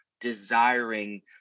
desiring